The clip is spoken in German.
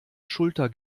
schulter